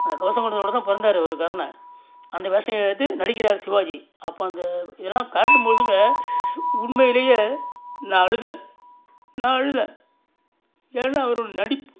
அந்த கவச குண்டலத்தோடு தான் பிறந்தாரு அவரு கர்ணன் அந்த வேஷம் ஏந்தி நடிக்கிறார் சிவாஜி அப்போ அந்த இதெலாம் காட்டும்பொழுதுங்க உண்மையிலே நான் அழுதேன் நான் அழுதேன் ஏனால் அவரோடய நடிப்பு